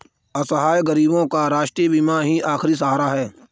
असहाय गरीबों का राष्ट्रीय बीमा ही आखिरी सहारा है